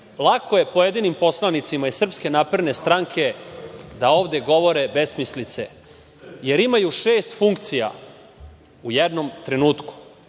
Lako je pojedinim poslanicima iz SNS da ovde govore besmislice jer imaju šest funkcija u jednom trenutku.